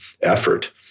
effort